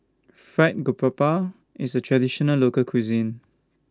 Fried Garoupa IS A Traditional Local Cuisine